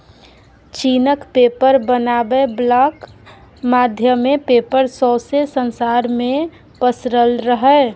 चीनक पेपर बनाबै बलाक माध्यमे पेपर सौंसे संसार मे पसरल रहय